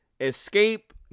escape